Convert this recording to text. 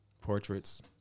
Portraits